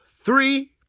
three